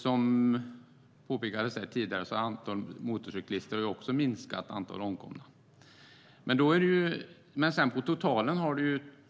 Som påpekades tidigare har även antalet omkomna motorcyklister minskat.